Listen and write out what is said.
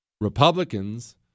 Republicans